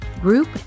group